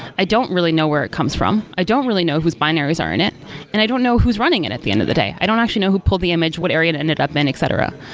i don't really know where it comes from. i don't really know whose binaries are in it and i don't know who's running it at the end of the day. i don't actually know who pulled the image, what area it ended up in, etc.